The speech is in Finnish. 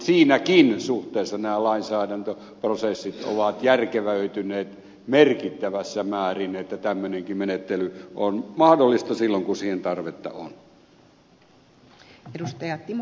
siinäkin suhteessa nämä lainsäädäntöprosessit ovat järkevöityneet merkittävässä määrin että tämmöinenkin menettely on mahdollista silloin kun siihen tarvetta on